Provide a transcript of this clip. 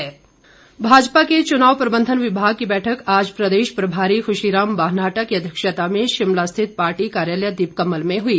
माजपा भाजपा के चुनाव प्रबंधन विभाग की बैठक आज प्रदेश प्रभारी खुशीराम बालनाहटा की अध्यक्षता में शिमला स्थित पार्टी कार्यालय दीपकमल में हुई